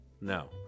No